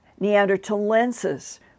Neanderthalensis